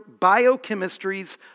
biochemistries